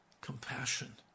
compassion